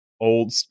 old